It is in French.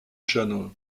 channel